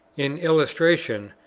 in illustration,